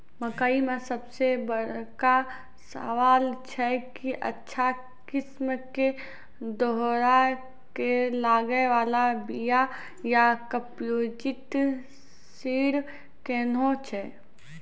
मकई मे सबसे बड़का सवाल छैय कि अच्छा किस्म के दोहराय के लागे वाला बिया या कम्पोजिट सीड कैहनो छैय?